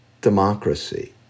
democracy